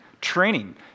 training